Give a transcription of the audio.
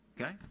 Okay